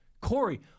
Corey